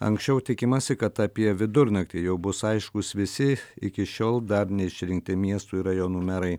anksčiau tikimasi kad apie vidurnaktį jau bus aiškūs visi iki šiol dar neišrinkti miestų ir rajonų merai